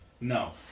No